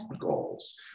goals